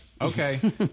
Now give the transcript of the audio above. okay